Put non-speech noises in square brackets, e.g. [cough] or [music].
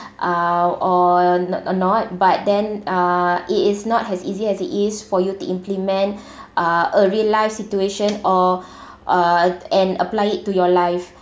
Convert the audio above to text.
[breath] uh or or not but then uh it is not as easy as it is for you to implement [breath] a real life situation or [breath] uh and apply it to your life